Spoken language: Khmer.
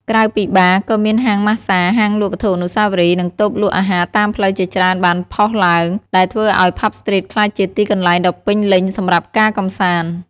ក្រៅពីបារ ក៏មានហាងម៉ាស្សា ហាងលក់វត្ថុអនុស្សាវរីយ៍ និងតូបលក់អាហារតាមផ្លូវជាច្រើនបានផុសឡើង ដែលធ្វើឲ្យ ផាប់ ស្ទ្រីត ក្លាយជាទីកន្លែងដ៏ពេញលេញសម្រាប់ការកម្សាន្ត។